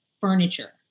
furniture